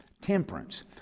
temperance